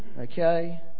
okay